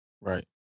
Right